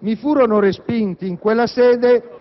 Esso fu respinto in quella sede